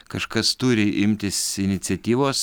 kažkas turi imtis iniciatyvos